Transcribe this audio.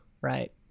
right